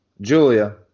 Julia